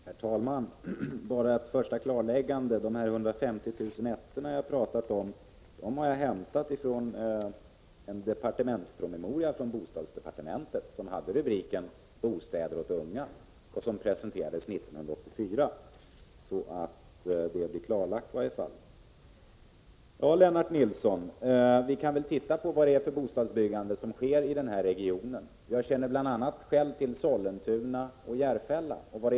Herr talman! Jag vill först bara göra ett klarläggande angående de 150 000 ”ettor” som jag har talat om. Denna uppgift har jag hämtat från en departementspromemoria från bostadsdepartementet som hade rubriken Bostäder åt unga. Den presenterades 1984. Vi kan ju se var det sker ett bostadsbyggande i denna region, Lennart Nilsson. Jag känner själv till bl.a. Sollentuna och Järfälla.